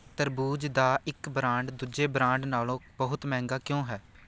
ਤਰਬੂਜ ਦਾ ਇੱਕ ਬ੍ਰਾਂਡ ਦੂਜੇ ਬ੍ਰਾਂਡ ਨਾਲੋਂ ਬਹੁਤ ਮਹਿੰਗਾ ਕਿਉਂ ਹੈ